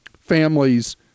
families